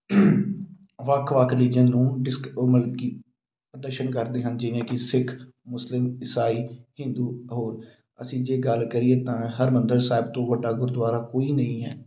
ਵੱਖ ਵੱਖ ਰੀਜਨ ਨੂੰ ਡਿਸ ਉਹ ਮਤਲਬ ਕਿ ਦਰਸ਼ਨ ਕਰਦੇ ਹਨ ਜਿਵੇਂ ਕਿ ਸਿੱਖ ਮੁਸਲਿਮ ਇਸਾਈ ਹਿੰਦੂ ਹੋਰ ਅਸੀਂ ਜੇ ਗੱਲ ਕਰੀਏ ਤਾਂ ਹਰਮੰਦਰ ਸਾਹਿਬ ਤੋਂ ਵੱਡਾ ਗੁਰਦੁਆਰਾ ਕੋਈ ਨਹੀਂ ਹੈ